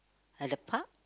at the park